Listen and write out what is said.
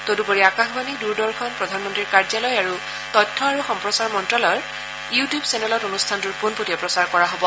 তদুপৰি আকাশবাণী দূৰদৰ্শন প্ৰধানমন্ত্ৰীৰ কাৰ্য্যালয় আৰু তথ্য আৰু সম্প্ৰচাৰ মন্ত্যালয়ৰ ইউ টিউব চেনেলত অনুষ্ঠানটোৰ পোনপটীয়া প্ৰচাৰ কৰা হ'ব